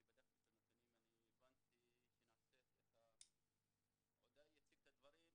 אני בדקתי את הנתונים והבנתי שנעשית עודיי הציג את הדברים,